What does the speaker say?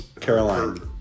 Caroline